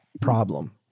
problem